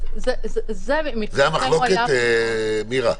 זה המחלוקת, מירה?